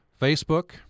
Facebook